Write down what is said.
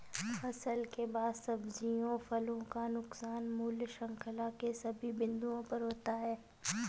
फसल के बाद सब्जियों फलों का नुकसान मूल्य श्रृंखला के सभी बिंदुओं पर होता है